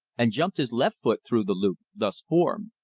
and jumped his left foot through the loop thus formed.